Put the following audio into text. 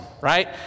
right